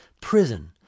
prison